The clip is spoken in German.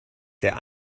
der